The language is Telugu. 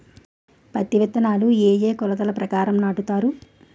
పత్తి విత్తనాలు ఏ ఏ కొలతల ప్రకారం నాటుతారు?